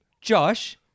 Josh